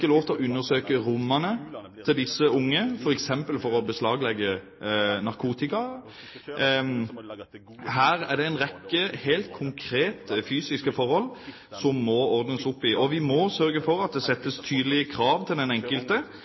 lov til å undersøke rommene til disse unge, f.eks. for å beslaglegge narkotika. Her er det en rekke helt konkrete fysiske forhold som må ordnes opp i. Vi må sørge for at det settes tydelige krav til den enkelte